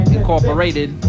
Incorporated